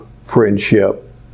friendship